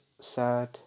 sad